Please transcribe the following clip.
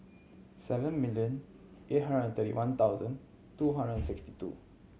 seven million eight hundred and thirty one thousand two hundred and sixty two